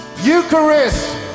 Eucharist